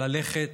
ללכת